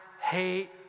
hate